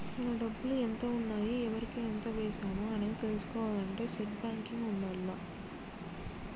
మన డబ్బులు ఎంత ఉన్నాయి ఎవరికి ఎంత వేశాము అనేది తెలుసుకోవాలంటే నెట్ బ్యేంకింగ్ ఉండాల్ల